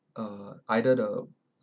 uh either the